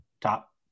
top